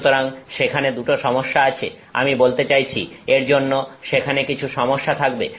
সুতরাং সেখানে দুটো সমস্যা আছে আমি বলতে চাইছি এর জন্য সেখানে কিছু সমস্যা থাকবে